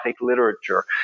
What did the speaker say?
literature